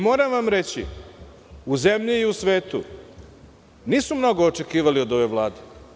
Moram vam isto reći, u zemlji i u svetu, nisu mnogo očekivali od ove Vlade.